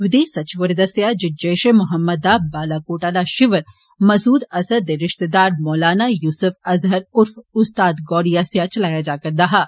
विदेश सचिव होरें दस्सेआ ऐ जे जैश ए मोहम्मद दा बालाकोट आला शिवर मसूद अजहर दे रिश्तेदार मोलाना य्सूफ अजहर ऊर्फ उस्ताद गौरी आस्सेया चलाया जा करदा हा